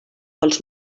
pels